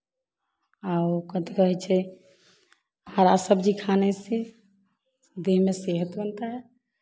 और कथि कहै छै हरा सब्ज़ी खाने से दिल में सेहत बनता है